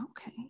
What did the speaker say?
Okay